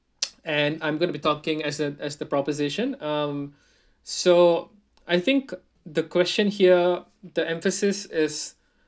and I'm gonna be talking as an as the proposition um so I think the question here the emphasis is